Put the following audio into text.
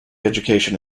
education